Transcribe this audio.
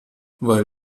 weil